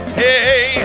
hey